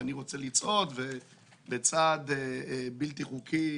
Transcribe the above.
אני רוצה לצעוד ובצעד בלתי חוקי,